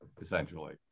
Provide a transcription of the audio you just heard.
essentially